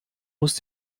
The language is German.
muss